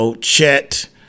Chet